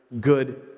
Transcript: Good